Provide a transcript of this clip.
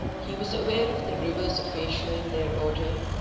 he was aware of the rivers of asia in their order,